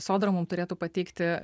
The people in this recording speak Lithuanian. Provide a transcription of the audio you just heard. sodra mum turėtų pateikti